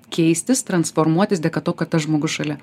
keistis transformuotis dėka to kad tas žmogus šalia